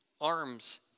arms